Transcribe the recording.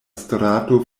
strato